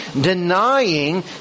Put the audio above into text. denying